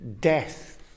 Death